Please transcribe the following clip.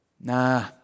nah